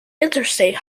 interstate